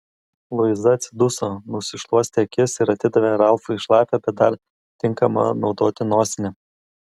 luiza atsiduso nusišluostė akis ir atidavė ralfui šlapią bet dar tinkamą naudoti nosinę